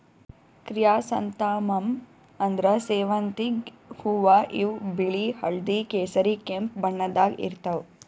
chrysanthemum ಅಂದ್ರ ಸೇವಂತಿಗ್ ಹೂವಾ ಇವ್ ಬಿಳಿ ಹಳ್ದಿ ಕೇಸರಿ ಕೆಂಪ್ ಬಣ್ಣದಾಗ್ ಇರ್ತವ್